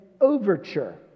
overture